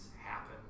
happen